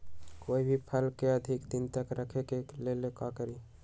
कोई भी फल के अधिक दिन तक रखे के लेल का करी?